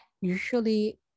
Usually